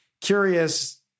curious